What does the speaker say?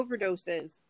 overdoses